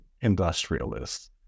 industrialists